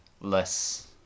less